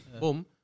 Boom